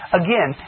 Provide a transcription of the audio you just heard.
again